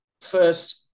first